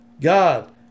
God